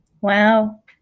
Wow